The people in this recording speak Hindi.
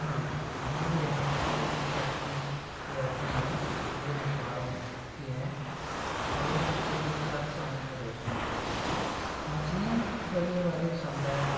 हाँ हमारे यहाँ कई प्रकार के जातियाँ हैं जो मछुआरों की हैं और जो एक साथ समूह में रहती हैं मछलियाँ पकड़ने वाले समुदाय